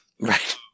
Right